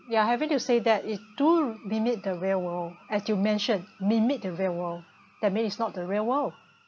ya having to say that is too mimic the real world as you mention mimic the real world that mean is not the real world